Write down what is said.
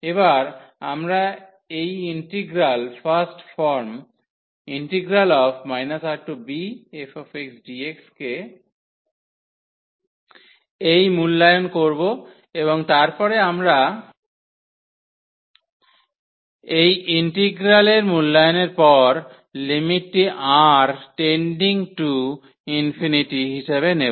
এবার আমরা এই ইন্টিগ্রাল ফার্স্ট ফর্ম Rbfxdx কে এই মূল্যায়ন করব এবং তারপরে আমরা এই ইন্টিগ্রালের মূল্যায়নের পর লিমিটটি R tending to ∞ R tending to ∞ হিসাবে নেব